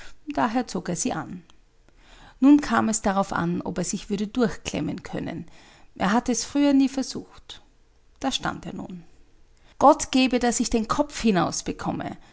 daher zog er sie an nun kam es darauf an ob er sich würde durchklemmen können er hatte es früher nie versucht da stand er nun gott gebe daß ich den kopf hinaus bekomme